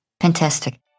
fantastic